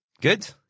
Good